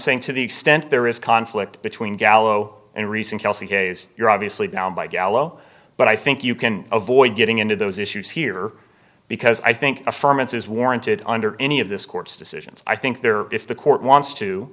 saying to the extent there is conflict between gallo and recent kelsey gaze you're obviously bound by gallo but i think you can avoid getting into those issues here because i think affirmative is warranted under any of this court's decisions i think they're if the court wants to